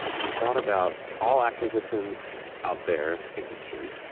we thought about all acquisitions out there in history.